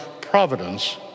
providence